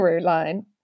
line